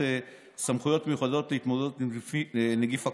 סמכויות מיוחדות להתמודדות עם נגיף הקורונה.